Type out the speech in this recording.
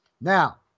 Now